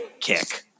kick